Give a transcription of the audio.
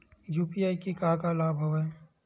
UPI के का का लाभ हवय?